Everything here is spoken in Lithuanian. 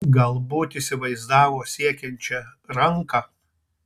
galbūt įsivaizdavo siekiančią ranką